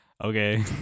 Okay